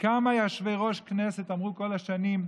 כמה יושבי-ראש כנסת אמרו כל השנים: